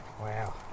Wow